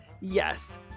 yes